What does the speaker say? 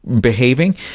behaving